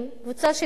קבוצה של אזרחים,